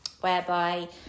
whereby